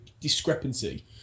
discrepancy